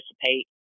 participate